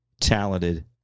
talented